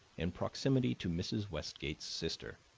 in proximity to mrs. westgate's sister.